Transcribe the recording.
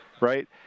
right